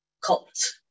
cult